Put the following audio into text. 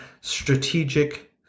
strategic